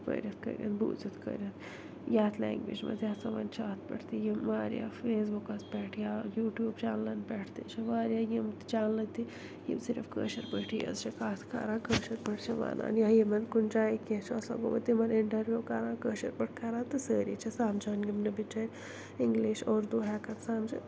پٔرِتھ کٔرِتھ بوٗزِتھ کٔرِتھ یَتھ لنٛگویج منٛز یہِ ہسا وۄنۍ چھُ اتھ پٮ۪ٹھ تہِ یِم وارِیاہ فیس بُکس پٮ۪ٹھ یا یوٗٹوب چنلن پٮ۪ٹھ تہِ وارِیاہ یِم چنلہٕ تہِ یِم صِرف کٲشٕر پٲٹھی یٲژ چھِ کتھ کَران کٲشٕر پٲٹھۍ چھِ وَنان یا یِمن کُنہِ جایہِ کیٚنٛہہ چھُ آسان گوٚمُت تِمن انٹَروِو کَران کٲشٕر پٲٹھۍ کَران تہٕ سٲری چھِ سمجھان یِم نہٕ بِچٲرۍ انٛگلِش اُردو ہٮ۪کان سمجتھ